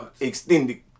extended